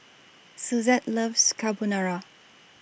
Suzette loves Carbonara